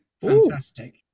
fantastic